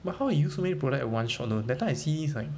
but how you use so many product at one shot though that time I see is like